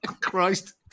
Christ